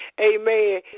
amen